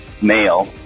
male